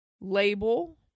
label